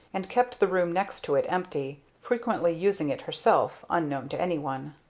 and kept the room next to it empty frequently using it herself, unknown to anyone.